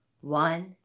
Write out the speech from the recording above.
One